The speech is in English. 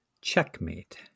Checkmate